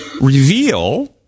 reveal